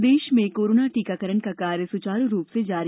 प्रदेश में कोरोना टीकाकरण का कार्य सुचारू रूप से जारी